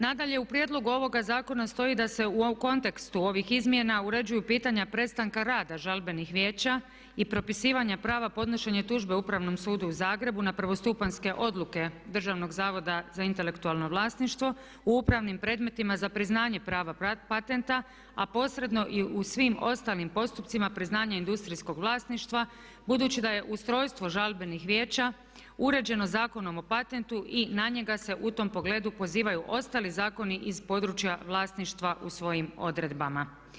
Nadalje u prijedlogu ovoga zakona stoji da se u kontekstu ovih izmjena uređuju pitanja prestanka rada žalbenih vijeća i propisivanja prava podnošenja tužbe Upravom sudu u Zagrebu na prvostupanjske odluke Državnog zavoda za intelektualno vlasništvo u upravnim predmetima za priznanje prava patenta a posredno i u svim ostalim postupcima priznanja industrijskog vlasništva budući da je ustrojstvo žalbenih vijeća uređeno Zakonom o patentu i na njega se u tom pogledu pozivaju ostali zakoni iz područja vlasništva u svojim odredbama.